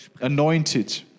anointed